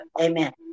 Amen